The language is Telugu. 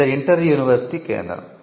ఇది ఇంటర్ యూనివర్సిటి కేంద్రం